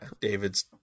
David's